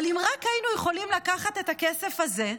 אבל אם רק היינו יכולים לקחת את הכסף הזה,